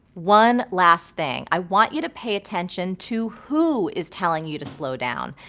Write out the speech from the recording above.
one last thing. i want you to pay attention to who is telling you to slow down.